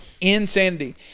insanity